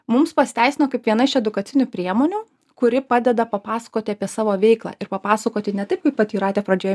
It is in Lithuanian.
mums pasiteisino kaip viena iš edukacinių priemonių kuri padeda papasakoti apie savo veiklą ir papasakoti ne taip kaip vat jūratė pradžioje